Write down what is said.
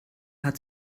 hat